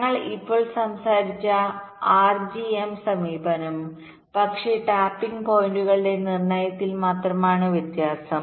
ഞങ്ങൾ ഇപ്പോൾ സംസാരിച്ച ആർജിഎം സമീപനം പക്ഷേ ടാപ്പിംഗ് പോയിന്റുകളുടെ നിർണ്ണയത്തിൽ മാത്രമാണ് വ്യത്യാസം